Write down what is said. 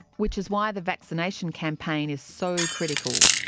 which is why the vaccination campaign is so critical.